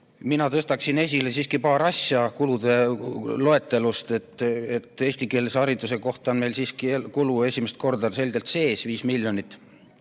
Mina tõstaksin esile siiski paari asja kulude loetelust. Eestikeelse hariduse kohta on meil kulu esimest korda siiski selgelt sees, 5 miljonit.